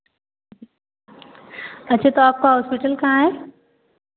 अच्छा तो आपका हॉस्पिटल कहाँ है